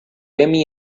emmy